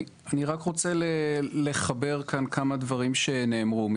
אני רק רוצה לחבר כאן כמה דברים שנאמרו.